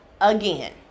again